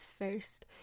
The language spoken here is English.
first